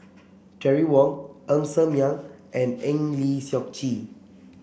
Terry Wong Ng Ser Miang and Eng Lee Seok Chee